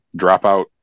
dropout